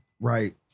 Right